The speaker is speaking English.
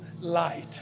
light